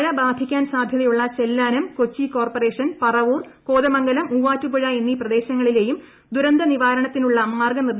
മഴ ബാധിക്കാൻ സാധ്യതയുള്ള ്ചെല്ലാനം കൊച്ചി കോർപ്പറേഷൻ പറവൂർ കോതമംഗലം മുവാറ്റുപുഴ എന്നീ പ്രദേശങ്ങളിലെയും ദുരന്ത നിവാരണത്തിനുള്ള മാർഗനിർദേശങ്ങൾ കളക്ടർ നൽകി